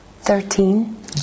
Thirteen